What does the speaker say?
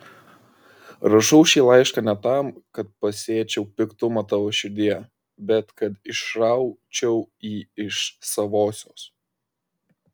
rašau šį laišką ne tam kad pasėčiau piktumą tavo širdyje bet kad išraučiau jį iš savosios